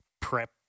prep